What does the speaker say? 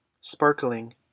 sparkling